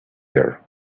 there